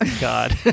God